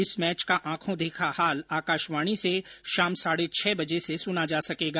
इस मैच का आंखों देखा हाल आकाशवाणी से शाम साढ़े छह बजे से सुना जा सकेगा